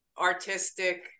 artistic